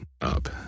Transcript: up